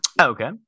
Okay